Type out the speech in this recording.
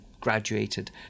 graduated